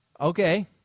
Okay